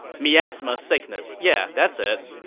miasma sickness, yeah that's it.